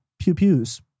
pew-pews